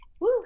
Woo